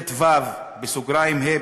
19טו(ה)(1)